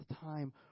time